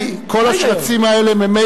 מה ההיגיון?